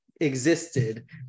existed